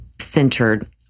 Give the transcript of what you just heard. centered